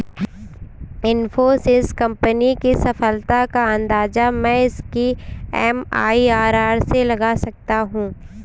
Infosys company की सफलता का अंदाजा मैं इसकी एम.आई.आर.आर से लगा सकता हूँ